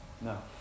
No